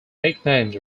nicknamed